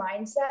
mindset